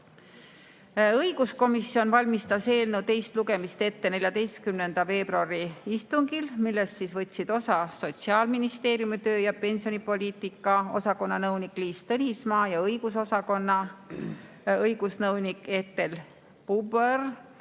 olnud. Õiguskomisjon valmistas eelnõu teist lugemist ette 14. veebruari istungil, millest võtsid osa Sotsiaalministeeriumi töö- ja pensionipoliitika osakonna nõunik Liis Tõnismaa ja õigusosakonna õigusnõunik Ethel Bubõr,